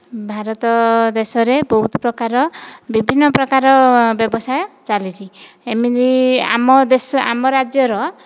ଭାରତ ଦେଶରେ ବହୁତ ପ୍ରକାର ବିଭିନ୍ନ ପ୍ରକାର ବ୍ୟବସାୟ ଚାଲିଛି ଏମିତି ଆମ ଦେଶ ଆମ ରାଜ୍ୟର